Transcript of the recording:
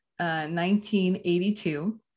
1982